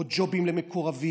עוד ג'ובים למקורבים,